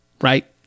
right